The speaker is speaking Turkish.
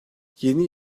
yeni